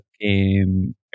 game